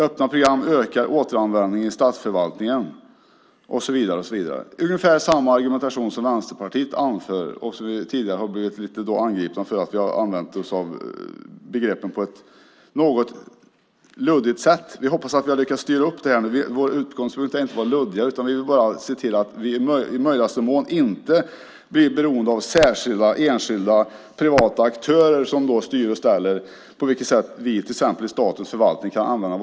Öppna program ökar återanvändningen i statsförvaltningen." Det är ungefär samma argumentation som Vänsterpartiet anför. Vi har tidigare blivit angripna för att vi har använt oss av begreppen på ett något luddigt sätt. Vi hoppas att vi har lyckats styra upp det nu. Vår utgångspunkt är inte att vara luddiga. Vi vill bara se till att vi i möjligaste mån inte blir beroende av enskilda privata aktörer som styr och ställer med på vilket sätt vi till exempel i statens förvaltning kan använda våra datorer.